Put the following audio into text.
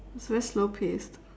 it's very slow paced